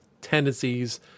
tendencies